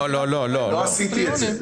לא עשיתי את זה.